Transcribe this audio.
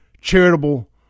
charitable